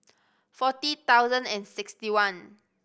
forty thousand and sixty one